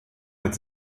mit